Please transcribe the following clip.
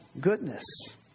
goodness